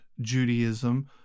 Judaism